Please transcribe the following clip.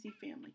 family